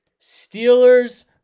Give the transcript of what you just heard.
Steelers